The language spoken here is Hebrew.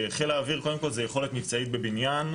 חיל האוויר קודם כל זה יכולת מבצעית בבניין,